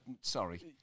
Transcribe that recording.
sorry